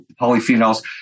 polyphenols